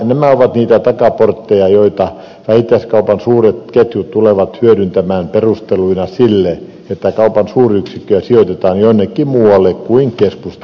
nämä ovat niitä takaportteja joita vähittäiskaupan suuret ketjut tulevat hyödyntämään perusteluina sille että kaupan suuryksikköjä sijoitetaan jonnekin muualle kuin keskustoihin